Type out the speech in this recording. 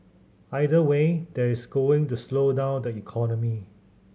either way that is going to slow down the economy